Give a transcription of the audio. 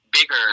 bigger